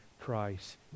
Christ